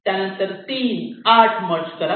त्यानंतर 3 आणि 8 मर्ज करा